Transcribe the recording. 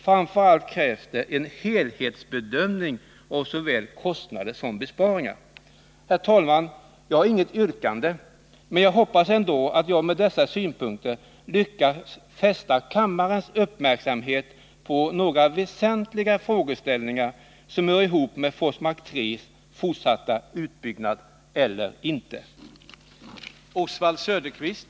Framför allt krävs det en helhetsbedömning av såväl kostnader som besparingar. Herr talman! Jag har inget yrkande, men jag hoppas ändå att jag med dessa synpunkter lyckats fästa kammarens uppmärksamhet på några väsentliga frågeställningar som hör ihop med fortsatt utbyggnad eller inte av Forsmark 3,